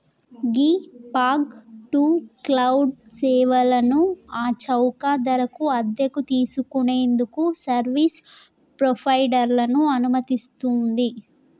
ghee fog to cloud సేవలను ఆ చౌక ధరకు అద్దెకు తీసుకు నేందుకు సర్వీస్ ప్రొవైడర్లను అనుమతిస్తుంది